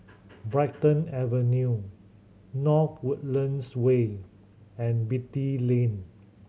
Brighton Avenue North Woodlands Way and Beatty Lane